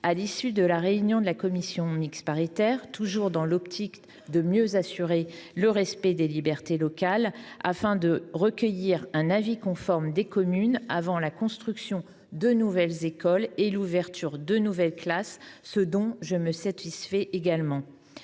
a été complété en commission mixte paritaire, toujours dans l’optique de mieux assurer le respect des libertés locales, afin d’imposer le recueil de l’avis conforme des communes avant la construction de nouvelles écoles ou l’ouverture de nouvelles classes, ce dont je me satisfais également.